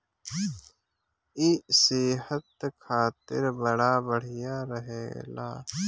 इ सेहत खातिर बड़ा बढ़िया रहेला